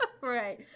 Right